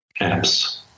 apps